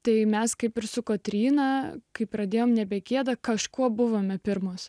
tai mes kaip ir su kotryna kai pradėjome nebegieda kažkuo buvome pirmos